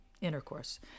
intercourse